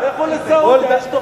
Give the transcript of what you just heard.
לכו לסעודיה, יש תוכנית, אל תפריע.